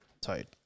Tight